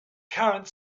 current